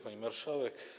Pani Marszałek!